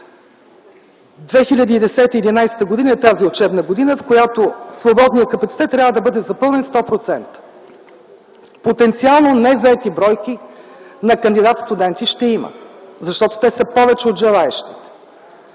година е учебната година, в която свободният капацитет трябва да бъде запълнен 100%. Потенциално незаети бройки на кандидат-студенти ще има, защото те са повече от желаещите.